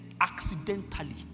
accidentally